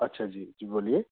अच्छा जी जी बोलिए